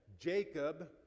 Jacob